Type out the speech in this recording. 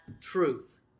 truth